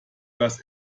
das